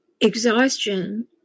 exhaustion